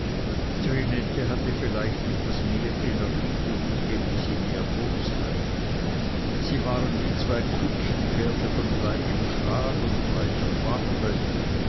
hatte vielleicht etwas mehr energie und elisi mehr bosheit sie waren wie zwei kutschenpferde von gleichem schlag und gleicher farbe